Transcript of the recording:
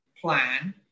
plan